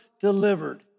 delivered